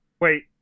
Wait